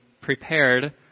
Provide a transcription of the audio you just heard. prepared